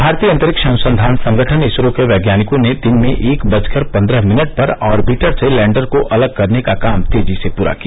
भारतीय अंतरिक्ष अनुसंधान संगठन इसरो के वैज्ञानिकों ने दिन में एक बजकर पन्द्रह मिनट पर ऑर्बिटर से लैण्डर को अलग करने का काम तेजी से पूरा किया